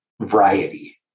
variety